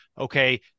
okay